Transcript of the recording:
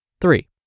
Three